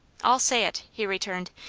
i'll say it, he returned.